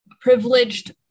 privileged